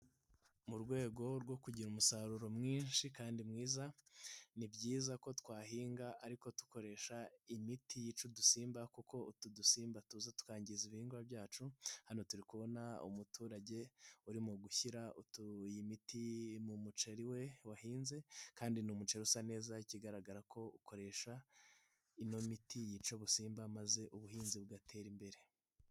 Mu rwego rwo kugira umusaruro mwinshi kandi mwiza, ni byiza ko twahinga ariko dukoresha imiti yica udusimba, kuko utu dusimba tu tuza tukangiza ibihingwa, byacu hano turi kubona umuturage urimo gushyira utu imiti mu muceri we wahinze, kandi ni umuceri usa neza ikigaragara ko ukoresha ino miti yica ubusimba, maze ubuhinzi bugatera imbere.